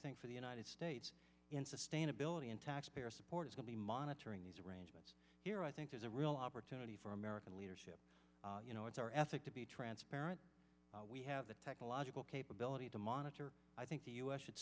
think for the united states in sustainability and taxpayer support is going to be monitoring these arrangements here i think there's a real opportunity for american leadership you know it's our ethic to be transparent we have the technological capability to monitor i think the u s should